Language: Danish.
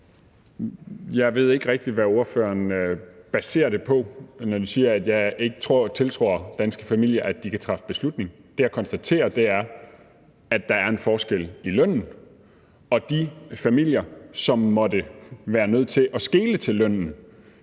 Jeg ved ikke rigtigt, hvad ordføreren baserer det på, når hun siger, at jeg ikke tiltror danske familier, at de kan træffe beslutninger. Det, jeg konstaterer, er, at der er en forskel i lønnen, og i de familier, som måtte være nødt til at skele til lønnen,